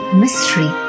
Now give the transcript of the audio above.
mystery